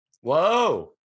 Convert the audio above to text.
Whoa